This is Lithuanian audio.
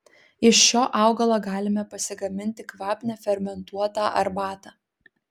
iš šio augalo galime pasigaminti kvapnią fermentuotą arbatą